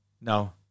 No